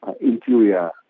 Interior